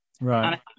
Right